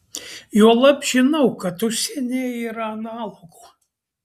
juolab žinau kad užsienyje yra analogų